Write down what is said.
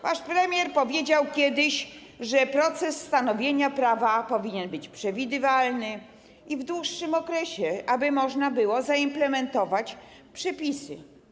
Wasz premier powiedział kiedyś, że proces stanowienia prawa powinien być przewidywalny i przebiegać w dłuższym okresie, aby można było zaimplementować przepisy.